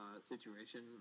situation